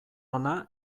ona